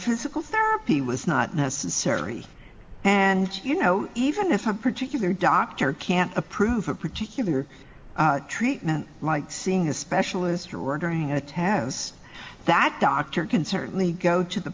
physical therapy was not necessary and you know even if a particular doctor can't approve a particular treatment like seeing a specialist or ordering a tatts that doctor can certainly go to the